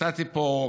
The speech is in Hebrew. נתתי פה,